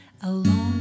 alone